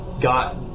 got